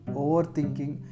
overthinking